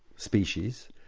species.